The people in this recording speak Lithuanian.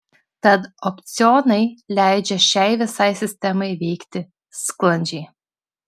tad opcionai leidžia šiai visai sistemai veikti sklandžiai